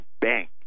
bank